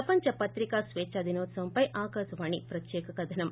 ప్రపంచ పత్రికా స్వేచ్చ దినోత్సవం పై ఆకాశవాణి ప్రత్యేక కధనం